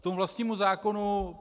K tomu vlastnímu zákonu.